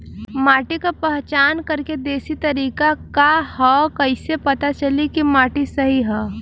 माटी क पहचान करके देशी तरीका का ह कईसे पता चली कि माटी सही ह?